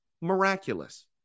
Miraculous